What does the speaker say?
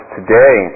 today